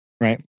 right